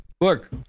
Look